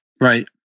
Right